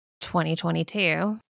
2022